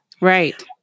right